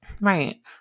Right